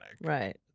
Right